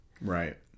right